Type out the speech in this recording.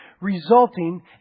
resulting